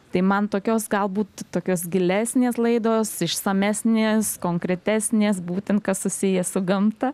tai man tokios galbūt tokios gilesnės laidos išsamesnės konkretesnės būtent kas susiję su gamta